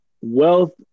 wealth